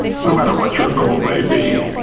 no matter what your goal may be,